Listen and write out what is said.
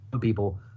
people